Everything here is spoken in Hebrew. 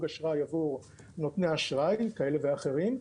אשראי עבור נותני אשראי כאלה ואחרים.